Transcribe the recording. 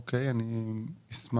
אוקיי, אני אשמח.